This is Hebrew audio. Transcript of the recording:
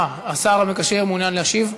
אה, השר המקשר מעוניין להשיב?